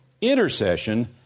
intercession